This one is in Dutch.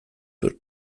per